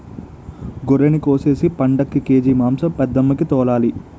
గొర్రినికోసేసి పండక్కి కేజి మాంసం పెద్దమ్మికి తోలాలి